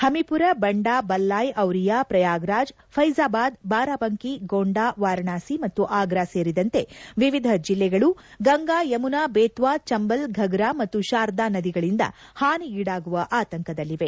ಪಮಿಪುರ ಬಂಡಾ ಬಲ್ಲಾಯ್ ಡಿರಿಯಾ ಪ್ರಯಾಗ್ರಾಜ್ ಫೈಜಾಬಾದ್ ಬಾರಾಬಂಕಿ ಗೊಂಡಾ ವಾರಣಾಸಿ ಮತ್ತು ಆಗ್ರಾ ಸೇರಿದಂತೆ ವಿವಿಧ ಜಿಲ್ಲೆಗಳು ಗಂಗಾ ಯಮುನಾ ಬೆತ್ವಾ ಚಂಬಲ್ ಘಘರಾ ಮತ್ತು ಶಾರ್ದಾ ನದಿಗಳಿಂದ ಪಾನಿಗೀಡಾಗುವ ಆತಂಕದಲ್ಲಿವೆ